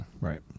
right